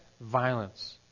violence